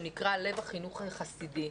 שנקרא לב החינוך החסידי.